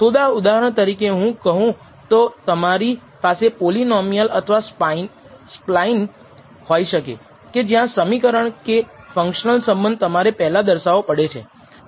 થોડા ઉદાહરણ તરીકે હું કહો તો તમારી પાસે પોલીનોમીઅલ અથવા સ્પ્લાઈન હોઈ શકે કે જ્યાં સમીકરણ કે ફંકશનલ સંબંધ તમારે પહેલા દર્શાવો પડે છે